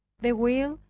the will,